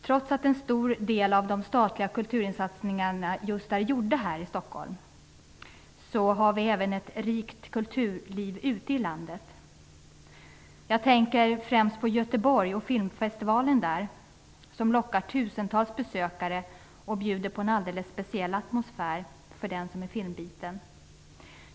Trots att en stor del av de statliga kultursatsningarna görs i Stockholm finns det även ett rikt kulturliv ute i landet. Jag tänker främst på Göteborg och på filmfestivalen där som lockar tusentals besökare och bjuder på en alldeles speciell atmosfär för den som är filmbiten.